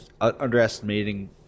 underestimating